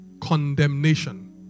condemnation